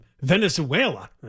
Venezuela